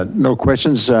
ah no questions,